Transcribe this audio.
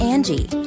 Angie